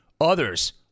Others